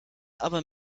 aber